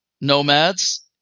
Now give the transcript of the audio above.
nomads